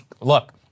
look